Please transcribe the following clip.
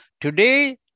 today